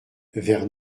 vers